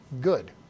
good